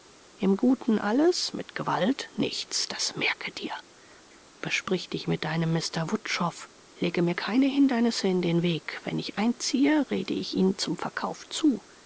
im guten alles mit gewalt nichts das merke dir besprich dich mit deinem mr wutschow lege mir kein hindernis in den weg wenn ich einziehe rede ihm zum verkauf zu